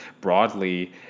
broadly